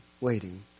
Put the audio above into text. waiting